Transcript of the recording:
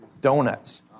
Donuts